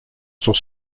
sont